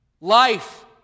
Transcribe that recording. Life